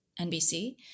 NBC